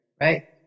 right